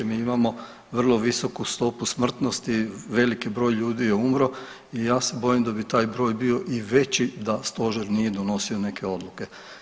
Mi imamo vrlo visoku stopu smrtnosti, veliki broj ljudi je umro i ja se bojim da bi taj broj bio i veći da Stožer nije donosio neke odluke.